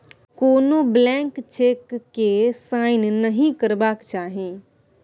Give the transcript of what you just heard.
कोनो blank cheque केँ sign नहि करबाक चाही